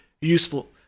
useful